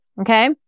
Okay